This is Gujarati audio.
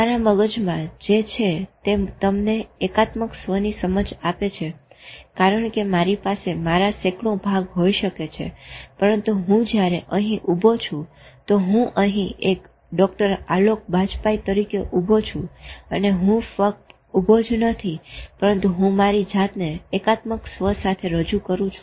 તમારા મગજમાં જે છે તે તમને એકાત્મક સ્વની સમજ આપે છે કારણ કે મારી પાસે મારા સેંકડો ભાગ હોય શકે છે પરંતુ હું જયારે અહી ઉભો છું તો હું અહી એક ડોક્ટર આલોક બાજપાઈ તરીકે ઉભો છું અને હું ફક્ત ઉભો જ નથી પરંતુ હું મારી જાતને એકાત્મક સ્વ સાથે રજુ કરું છું